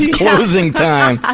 closing time.